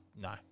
no